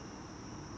okay